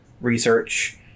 research